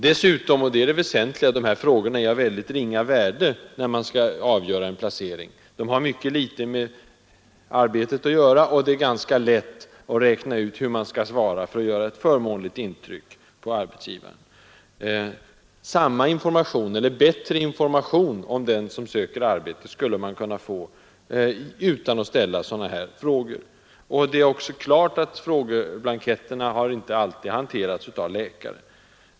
Dessutom — och det är det väsentliga — är dessa frågor av väldigt ringa intresse när det gäller att avgöra en placering. De har mycket litet med arbetet att göra, och det är ganska lätt att räkna ut hur man skall svara för att göra ett förmånligt intryck på arbetsgivaren. Bättre information om dem som söker arbete skulle arbetsgivaren kunna få utan att ställa sådana frågor. Det är också klarlagt att frågeblanketterna inte alltid har hanterats enbart av läkare.